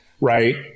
right